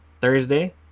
thursday